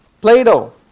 Plato